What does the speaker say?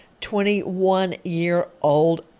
21-year-old